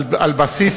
על בסיס